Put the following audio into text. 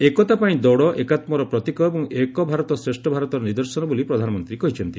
ଏକତା ପାଇଁ ଦୌଡ଼ ଏକାତ୍କର ପ୍ରତୀକ ଏବଂ ଏକ ଭାରତ ଶ୍ରେଷ୍ଠ ଭାରତର ନିଦର୍ଶନ ବୋଲି ପ୍ରଧାନମନ୍ତୀ କହିଛନ୍ତି